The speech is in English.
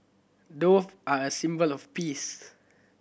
dove are a symbol of peace